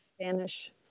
Spanish